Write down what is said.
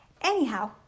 anyhow